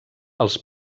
els